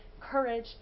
courage